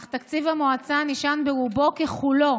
אך תקציב המועצה נשען רובו ככולו